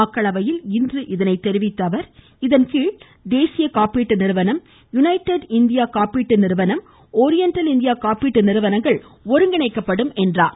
மக்களவையில் இன்று இதனை தெரிவித்த அவர் இதன் கீழ் தேசிய காப்பீடு நிறுவனம் யுனைடட் இந்தியா காப்பீடு நிறுவனம் ஓரியன்டல் இண்டியா காப்பீடு நிறுவனங்கள் ஒருங்கிணைக்கப்படும் என்றார்